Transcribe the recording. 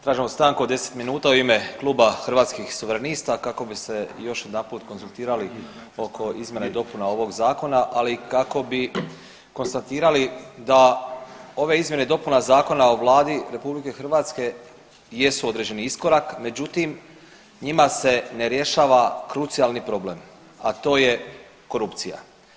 Tražimo stanku od 10 minuta u ime Kluba Hrvatskih suverenista kako bi se još jedanput konzultirali oko izmjena i dopuna ovog Zakona, ali i kako bi konstatirali da ove izmjene i dopuna Zakona o Vladi RH jesu određeni iskorak, međutim, njima se ne rješava krucijalni problem a to je korupcija.